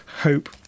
hope